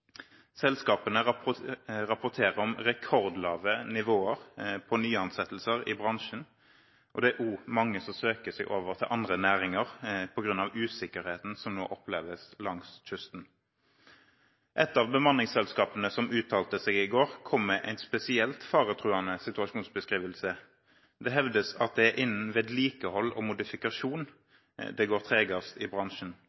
rapporterer om rekordlave nivåer på nyansettelser i bransjen, og det er også mange som søker seg over til andre næringer på grunn av usikkerheten som nå oppleves langs kysten. Et av bemanningsselskapene som uttalte seg i går, kom med en spesielt faretruende situasjonsbeskrivelse. Det hevdes at det er innen vedlikehold og